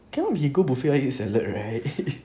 cannot be go buffet you want to eat salad right